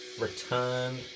return